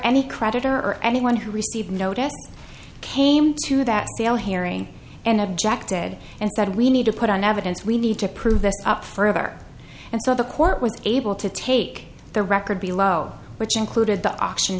any creditor or anyone who received notice came to that herring and object ed and said we need to put on evidence we need to prove this up forever and so the court was able to take the record below which included the auction